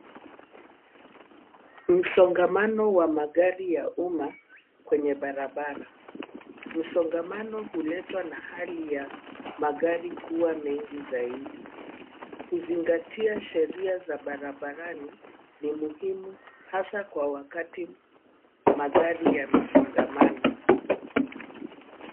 Msongamano wa magari ya umma kwenye barabara. Msongamano huletwa na hali ya magari kuwa mengi zaidi. Kuzingatia sheria za barabarani ni muhimu, hasa kwa wakati magari yamesongamana.